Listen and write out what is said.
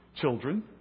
children